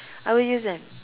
I will use them